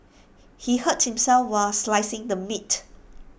he hurt himself while slicing the meat